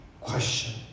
question